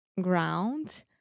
Ground